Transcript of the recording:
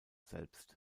selbst